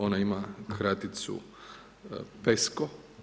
Ona ima kraticu PESCO.